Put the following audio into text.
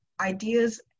ideas